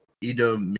Edo